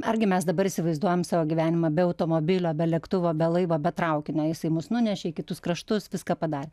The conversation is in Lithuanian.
argi mes dabar įsivaizduojam savo gyvenimą be automobilio be lėktuvo be laivo be traukinio jisai mus nunešė į kitus kraštus viską padarė